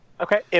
okay